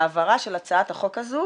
העברה של הצעת החוק הזו